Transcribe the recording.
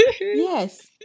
Yes